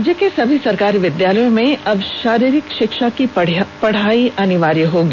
राज्य के सभी सरकारी विद्यालयों में अब शारीरिक शिक्षा की पढ़ाई अनिवार्य होगी